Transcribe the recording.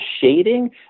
shading